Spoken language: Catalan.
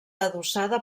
adossada